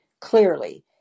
clearly